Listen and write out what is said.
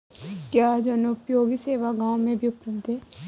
क्या जनोपयोगी सेवा गाँव में भी उपलब्ध है?